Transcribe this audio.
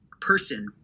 person